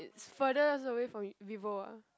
it's furthest away from Vivo ah